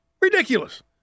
Ridiculous